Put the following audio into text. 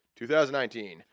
2019